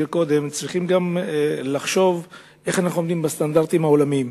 אנחנו צריכים לחשוב איך אנחנו עומדים בסטנדרטים העולמיים.